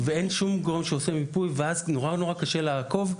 ובגלל שאין שום גורם שעושה מיפוי אז נורא קשה לעקוב.